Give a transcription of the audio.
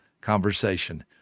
Conversation